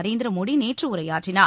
நரேந்திர மோடி நேற்று உரையாற்றினார்